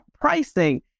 pricing